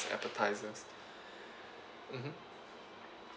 appetisers mmhmm